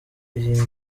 iyi